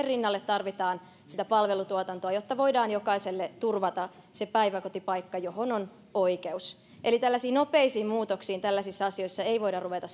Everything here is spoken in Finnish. rinnalle tarvitaan sitä palvelutuotantoa jotta voidaan jokaiselle turvata se päiväkotipaikka johon on oikeus eli tällaisiin nopeisiin muutoksiin tällaisissa asioissa ei voida ruveta